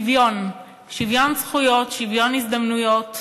שוויון, שוויון זכויות, שוויון הזדמנויות,